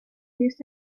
diez